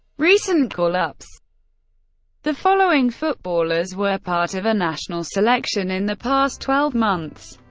recent call-ups the following footballers were part of a national selection in the past twelve months,